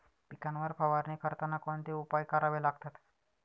पिकांवर फवारणी करताना कोणते उपाय करावे लागतात?